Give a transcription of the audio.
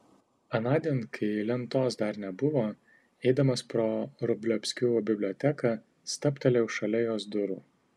anądien kai lentos dar nebuvo eidamas pro vrublevskių biblioteką stabtelėjau šalia jos durų